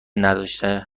نداشته